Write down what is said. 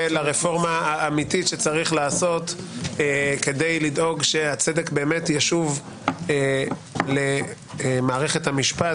ולרפורמה האמיתית שצריך לעשות כדי לדאוג שהצדק באמת ישוב למערכת המשפט.